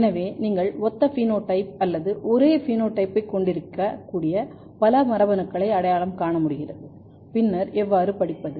எனவே நீங்கள் ஒத்த பினோடைப் அல்லது ஒரே பினோடைப்பைக் கொண்டிருக்கக்கூடிய பல மரபணுக்களை அடையாளம் காண முடிகிறது பின்னர் எவ்வாறு படிப்பது